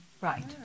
Right